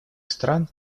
стран